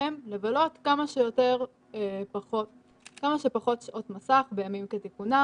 לילדיכם לבלות כמה שפחות שעות מסך בימים כתיקונם,